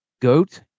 GOAT